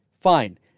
Fine